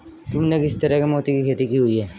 तुमने किस तरह के मोती की खेती की हुई है?